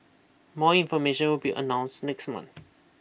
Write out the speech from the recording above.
more information will be announce next month